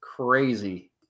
crazy